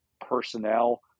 personnel